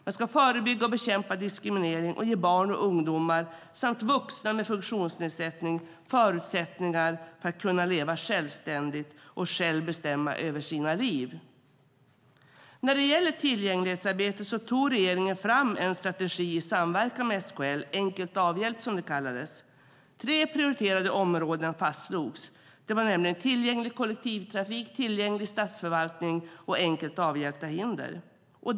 Man ska förebygga och bekämpa diskriminering och ge barn och ungdomar samt vuxna med funktionsnedsättning förutsättningar att leva självständigt och själva bestämma över sina liv. När det gäller tillgänglighetsarbetet tog regeringen fram en strategi i samverkan med SKL, enkelt avhjälpt, som den kallades. Tre prioriterade områden fastslogs, nämligen tillgänglig kollektivtrafik, tillgänglig statsförvaltning och enkelt avhjälpta hinder.